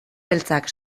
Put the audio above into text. beltzak